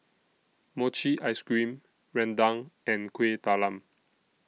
Mochi Ice Cream Rendang and Kueh Talam